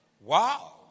Wow